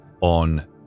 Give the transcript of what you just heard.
on